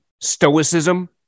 stoicism